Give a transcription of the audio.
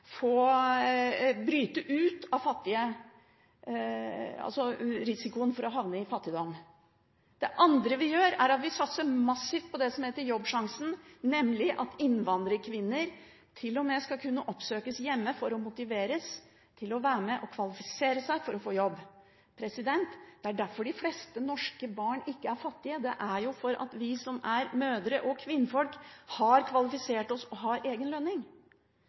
bryte ut av risikoen for å havne i fattigdom. Vi satser også massivt på det som heter Jobbsjansen, nemlig at innvandrerkvinner til og med skal kunne oppsøkes hjemme for å motiveres til å være med og kvalifisere seg for å få jobb. Grunnen til at de fleste norske barn ikke er fattige, er jo at vi som er mødre og kvinnfolk, har kvalifisert oss og har egen lønning.